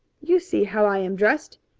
you see how i am dressed.